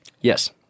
Yes